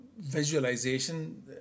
Visualization